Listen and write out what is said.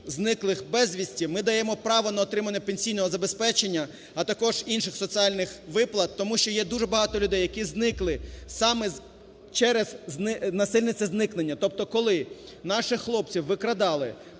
зниклих безвісті ми даємо право на отримання пенсійного забезпечення, а також інших соціальних виплат. Тому що є дуже багато людей, які зникли саме через насильницьке зникнення, тобто коли наших хлопців викрадали